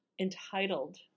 entitled